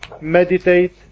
meditate